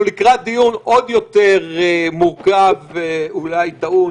אנחנו לקראת דיון עוד יותר מורכב ואולי טעון,